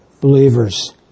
believers